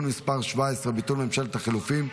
מספר 14) (ביטול ממשלת החילופים),